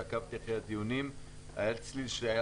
עקבתי אחרי הדיונים מרגע שנכנסת ואני חייב להגיד שהיה צליל שהיה